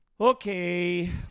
Okay